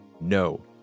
No